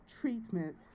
treatment